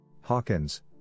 Hawkins